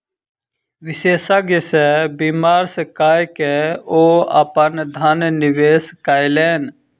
विशेषज्ञ सॅ विमर्श कय के ओ अपन धन निवेश कयलैन